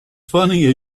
funny